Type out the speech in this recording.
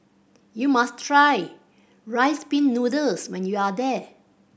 you must try Rice Pin Noodles when you are there